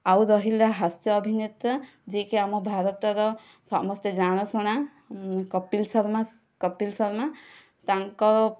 ଆଉ ରହିଲା ହାସ୍ୟ ଅଭିନେତା ଯିଏ କି ଆମ ଭାରତର ସମସ୍ତେ ଜଣାଶୁଣା କପିଲଶର୍ମା କପିଲଶର୍ମା ତାଙ୍କ